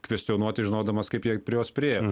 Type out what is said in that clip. kvestionuoti žinodamas kaip jai prie jos priėjo